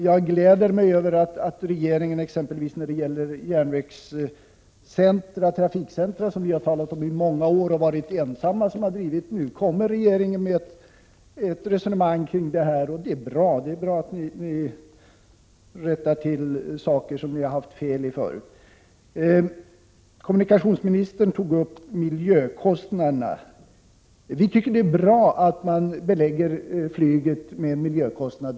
Jag gläder mig över att regeringen exempelvis när det gäller järnvägstrafikcentra, som vi talat om i många år och varit ensamma om att driva, nu för ett resonemang kring detta. Det är bra att ni ändrar er på punkter där ni förut haft fel. Kommunikationsministern tog upp frågan om miljökostnaderna. Vi tycker att det är bra att man belägger flyget med en miljöavgift.